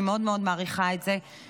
אני מאוד מאוד מעריכה את זה.